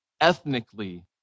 ethnically